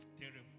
terrible